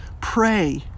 pray